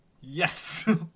yes